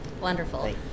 wonderful